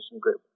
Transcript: group